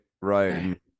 right